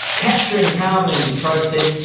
capturing carbon in the process.